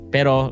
Pero